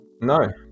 no